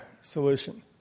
solution